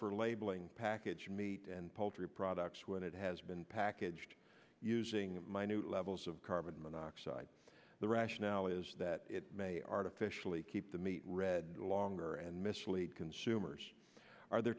for labeling package meat and poultry products where that has been packaged using minute levels of carbon monoxide the rationale is that it may artificially keep the meat red longer and mislead